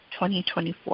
2024